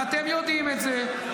ואתם יודעים את זה.